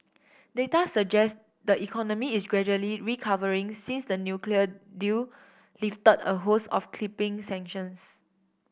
data suggest the economy is gradually recovering since the nuclear deal lifted a host of crippling sanctions